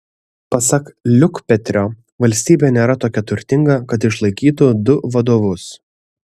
pasak liukpetrio valstybė nėra tokia turtinga kad išlaikytų du vadovus